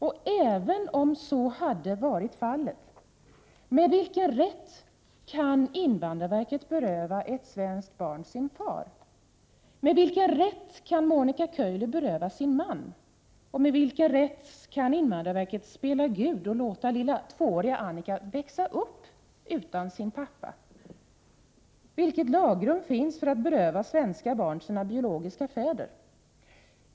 Och även om så hade varit fallet: Med vilken rätt kan invandrarverket beröva ett svenskt barn dess far? Med vilken rätt kan Monica Köylä berövas sin man? Och med vilken rätt kan invandrarverket spela Gud och låta lilla tvååriga Annika växa upp utan sin pappa? Vilket lagrum finns för att beröva svenska barn deras biologiska fäder?